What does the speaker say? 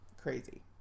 crazy